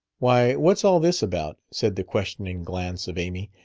why, what's all this about? said the questioning glance of amy.